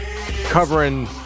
covering